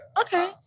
okay